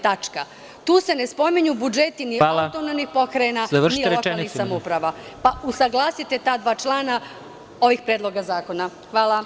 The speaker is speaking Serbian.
Tu se ne spominju budžeti ni autonomnih pokrajina, ni lokalnih samouprava, pa usaglasite ta dva člana ovih predloga zakona.